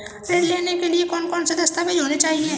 ऋण लेने के लिए कौन कौन से दस्तावेज होने चाहिए?